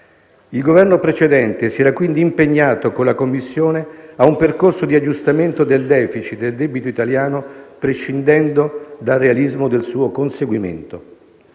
Il Governo precedente si era quindi impegnato con la Commissione ad un percorso di aggiustamento del *deficit* e del debito italiano, prescindendo dal realismo del suo conseguimento.